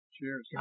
Cheers